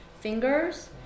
fingers